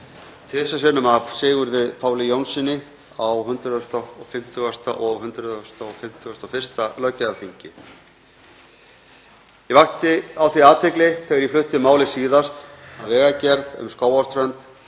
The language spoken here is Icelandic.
tvisvar sinnum af Sigurði Páli Jónssyni á 150. og 151. löggjafarþingi. Ég vakti á því athygli þegar ég flutti málið síðast að vegagerð um Skógarströnd